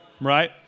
Right